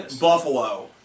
buffalo